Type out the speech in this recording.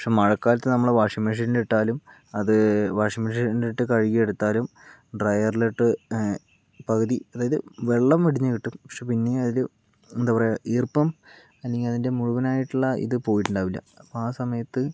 പക്ഷെ മഴക്കാലത്ത് നമ്മൾ വാഷിംഗ് മെഷീനിൽ ഇട്ടാലും അത് വാഷിംഗ് മെഷീനിൽ ഇട്ട് കഴുകി എടുത്താലും ഡ്രയറിൽ ഇട്ട് പകുതി അതായത് വെള്ളം വെടിഞ്ഞ് കിട്ടും പക്ഷെ പിന്നെയും അതിൽ എന്താ പറയുക ഈർപ്പം അല്ലെങ്കിൽ അതിൻ്റെ മുഴുവനായിട്ടുള്ള ഇത് പോയിട്ടുണ്ടാവില്ല അപ്പോൾ ആ സമയത്ത്